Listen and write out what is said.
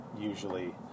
usually